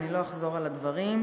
לא אחזור על הדברים.